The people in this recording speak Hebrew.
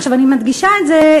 עכשיו, אני מדגישה את זה,